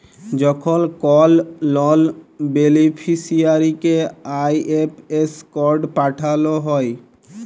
যখল কল লল বেলিফিসিয়ারিকে আই.এফ.এস কড পাঠাল হ্যয়